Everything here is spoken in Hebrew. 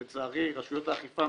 שלצערי רשויות האכיפה,